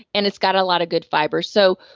and it's got a lot of good fiber. so,